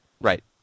Right